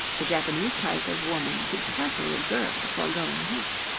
the japanese type of woman should carefully observe the foregoing hint.